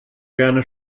gerne